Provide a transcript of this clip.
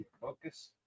Focus